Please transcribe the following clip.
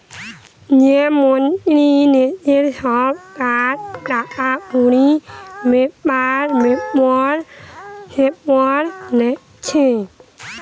যে মন্ত্রী দেশের সব কটা টাকাকড়ির বেপার সেপার দেখছে